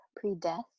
pre-death